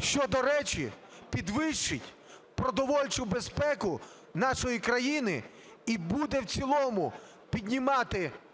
що, до речі, підвищить продовольчу безпеку нашої країни, і буде в цілому піднімати принципи